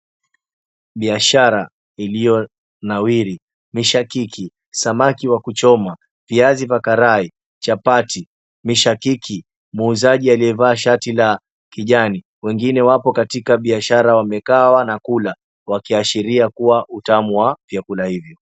Biashara iliyonawiri .mishakiki, samaki yakuchoma ,viazikarai, chapati, mishakiki muuzaji aliyevaa shati la kijani. Wengine wapo Katika biashara wamekaa wanakula wakiashiria kuwa utamu wa vyakula hivi.